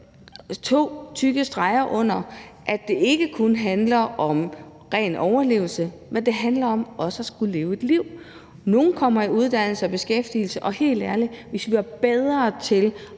to tykke streger under, at det ikke kun handler om ren overlevelse, men at det også handler om at skulle leve et liv. Nogle kommer i uddannelse og beskæftigelse, og helt ærligt, hvis vi var bedre til